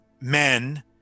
men